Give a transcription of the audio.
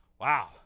wow